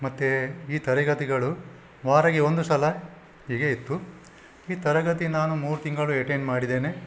ಮತ್ತೆ ಈ ತರಗತಿಗಳು ವಾರಗೆ ಒಂದು ಸಲ ಹೀಗೆ ಇತ್ತು ಈ ತರಗತಿ ನಾನು ಮೂರು ತಿಂಗಳು ಎಟೆಂಡ್ ಮಾಡಿದ್ದೇನೆ